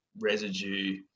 residue